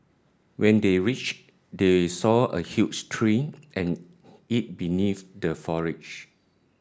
when they reached they saw a huge tree and eat beneath the foliage